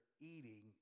eating